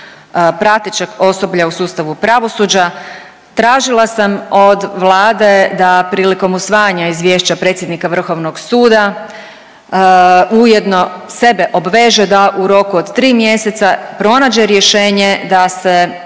pratećeg osoblja u sustavu pravosuđa. Tražila sam od Vlade da prilikom usvajanja izvješća predsjednika Vrhovnog suda ujedno sebe obveže da u roku od tri mjeseca pronađe rješenje da se